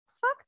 fuck